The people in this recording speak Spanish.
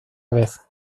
vez